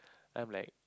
I'm like